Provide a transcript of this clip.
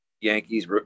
Yankees